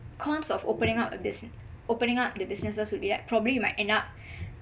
cons of opening up a bus~ opening up the businesses would be like probably will end up